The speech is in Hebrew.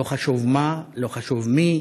לא חשוב, לא חשוב מי,